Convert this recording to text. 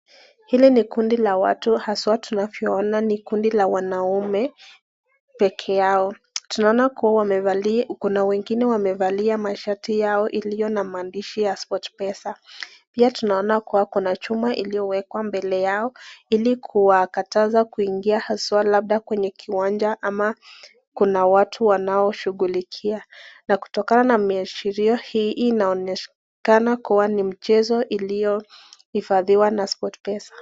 Hili ni kundi la watu haswa tunavyoona ni kundi la wanaume pekee yao. Tunaona kuwa wamevalia, Kuna wengine wamevalia shati yao iliyo na maandishi ya sport pesa. Pia tunaona kuwa kuna chuma iliyowekwa mbele yao, ili kuwakataza kuingia haswa labda kwenye kiwanja ama kuna watu wanao shughulikia. Na kutokana na miashirio hii inaonekana kuwa ni mchezo iliyo ifadhiwa na sport pesa .